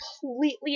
completely